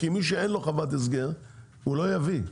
כי מי שאין לו חוות הסגר הוא לא יביא,